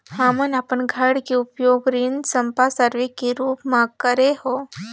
हमन अपन घर के उपयोग ऋण संपार्श्विक के रूप म करे हों